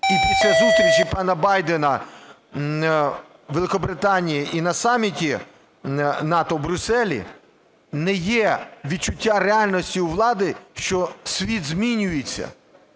і після зустрічі пана Байдена у Великобританії і на саміті НАТО в Брюсселі, не є відчуття реальності у влади, що світ змінюється,